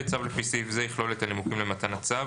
(ב)צו לפי סעיף זה יכלול את הנימוקים למתן הצו.